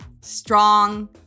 strong